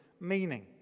meaning